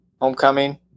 Homecoming